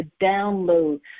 download